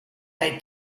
they